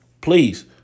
Please